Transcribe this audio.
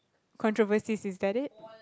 controversies is that it